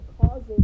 causing